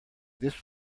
this